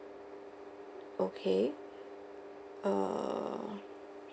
okay err